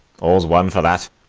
all's one for that